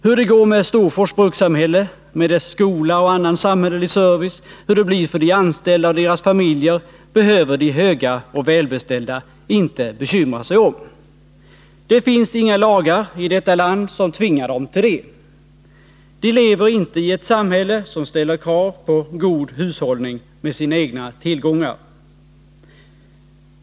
Hur det går med Storfors brukssamhälle, med dess skola och annan samhällelig service, hur det blir för de anställda och deras familjer behöver de höga och välbeställda inte bekymra sig om. Det finns inga lagar i detta land som tvingar dem till det. Del lever inte i ett samhälle som ställer krav på god hushållning med sina egna tillgångar.